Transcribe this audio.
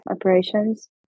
operations